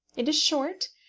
it is short,